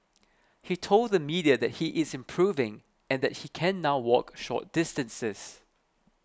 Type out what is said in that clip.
he told the media that he is improving and that he can now walk short distances